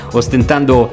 ostentando